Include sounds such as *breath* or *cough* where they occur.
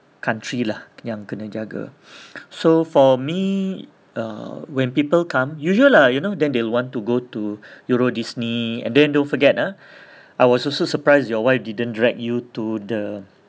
country lah yang kena jaga *breath* so for me ah when people come usual lah you know then they'll want to go *breath* to euro Disney and then don't forget ah *breath* I was also surprised your wife didn't drag you to the